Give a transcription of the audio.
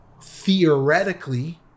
theoretically